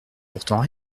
pourtant